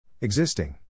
Existing